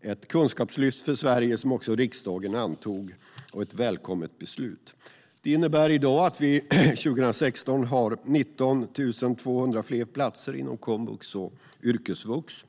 Det var ett kunskapslyft för Sverige som också riksdagen antog och ett välkommet beslut. Det innebär att vi i dag har 19 200 fler platser inom komvux och yrkesvux.